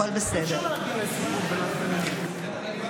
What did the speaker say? הכול בסדר.